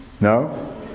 No